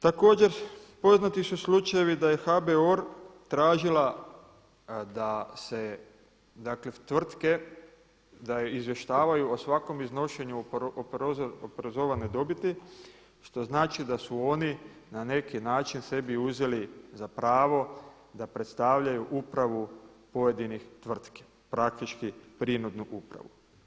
Također poznati su slučajevi da je HBOR tražila da se, dakle tvrtke, da izvještavaju o svakom iznošenju oporezovane dobiti što znači da su oni na neki način sebi uzeli za pravo da predstavljaju upravu pojedinih tvrtki, praktički prinudnu upravu.